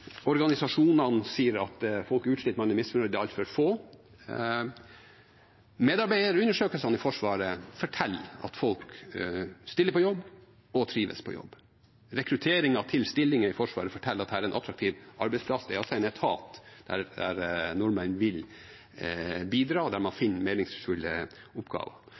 Organisasjonene sier at folk er utslitt, man er misfornøyd, det er altfor få. Medarbeiderundersøkelsene i Forsvaret forteller at folk stiller på jobb og trives på jobb. Rekrutteringen til stillinger i Forsvaret forteller at dette er en attraktiv arbeidsplass. Det er altså en etat der nordmenn vil bidra, og der man finner meningsfulle oppgaver.